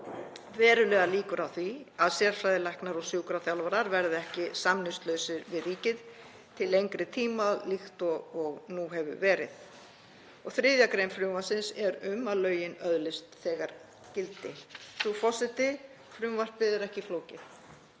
verulega líkurnar á því að sérfræðilæknar og sjúkraþjálfarar verði ekki samningslausir við ríkið til lengri tíma líkt og nú hefur verið. Þriðja grein frumvarpsins er um að lögin öðlist þegar gildi. Frú forseti. Frumvarpið er ekki flókið.